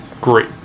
great